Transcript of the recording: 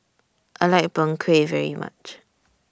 I like Png Kueh very much